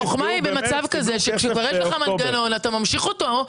במצב כזה כאשר יש לך מנגנון, אתה ממשיך אותו.